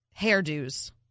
hairdos